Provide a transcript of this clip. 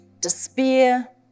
despair